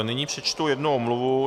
Nyní přečtu jednu omluvu.